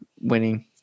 winning